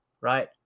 right